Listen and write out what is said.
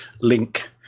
link